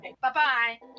Bye-bye